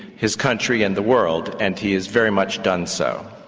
his country and the world, and he has very much done so.